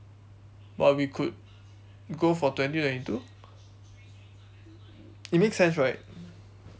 but we could go for twenty twenty two it makes sense right